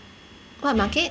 what market